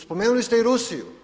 Spomenuli ste i Rusiju.